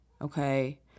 okay